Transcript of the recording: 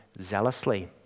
zealously